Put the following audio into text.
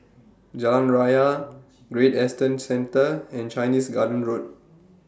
Jalan Raya Great Eastern Centre and Chinese Garden Road